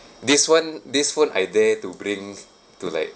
this one this phone I dare to bring to like